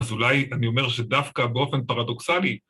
אז אולי אני אומר שדווקא באופן פרדוקסלי...